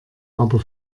aber